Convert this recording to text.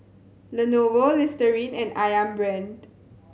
Lenovo Listerine and Ayam Brand